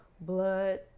blood